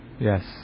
Yes